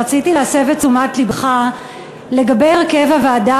רציתי להסב את תשומת לבך לגבי הרכב הוועדה